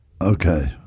Okay